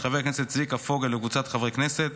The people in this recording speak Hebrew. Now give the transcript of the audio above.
של חבר הכנסת צביקה פוגל וקבוצת חברי כנסת,